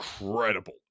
incredible